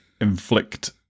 inflict